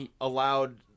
allowed